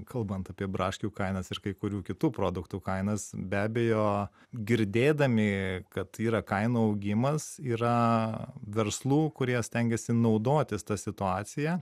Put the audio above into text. kalbant apie braškių kainas ir kai kurių kitų produktų kainas be abejo girdėdami kad yra kainų augimas yra verslų kurie stengiasi naudotis ta situacija